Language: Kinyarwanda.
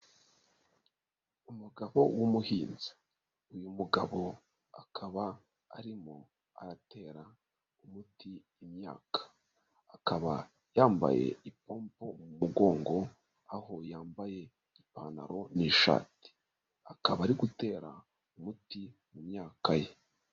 Umugabo w'umuhinzi. Uyu mugabo akaba arimo aratera umuti imyaka. Akaba yambaye ipompo mu mugongo, aho yambaye ipantaro n'ishati. Akaba ari gutera umuti mu myaka ye.